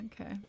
Okay